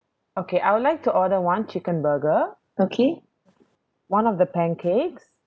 okay I would like to order one chicken burger one of the pancakes